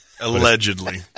allegedly